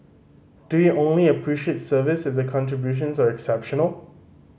do we only appreciate service if the contributions are exceptional